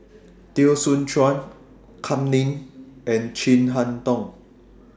Teo Soon Chuan Kam Ning and Chin Harn Tong